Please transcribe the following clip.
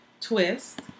Twist